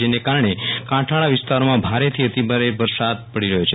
જેના કારણે કાંઠાળ વિસ્તારોમાં ભારેથી અતિભારે વરસાદ પડી શકે છે